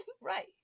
Right